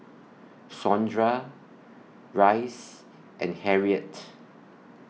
Sondra Rhys and Harriette